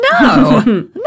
no